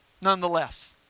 nonetheless